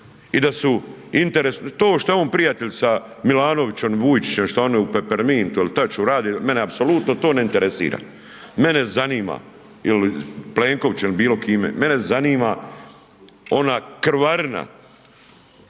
ljudi u RH. to što je on prijatelj sa Milanovićem, Vujčićem što je oni u Pepermintu ili … rade mene apsolutno to ne interesira ili Plenkovićem bilo kime, mene zanima ona krvarina